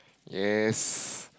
yes